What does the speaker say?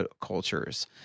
cultures